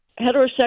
heterosexual